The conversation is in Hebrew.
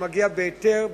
שמגיע בהיתר,